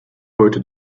heute